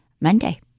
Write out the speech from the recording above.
Monday